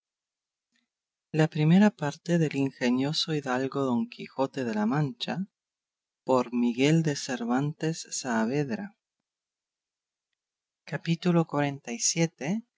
la segunda parte del ingenioso caballero don quijote de la mancha por miguel de cervantes saavedra y